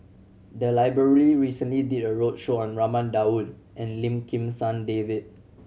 the library recently did a roadshow on Raman Daud and Lim Kim San David